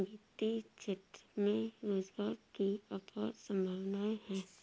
वित्तीय क्षेत्र में रोजगार की अपार संभावनाएं हैं